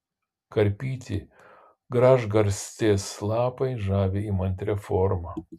karpyti gražgarstės lapai žavi įmantria forma